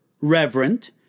reverent